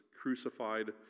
crucified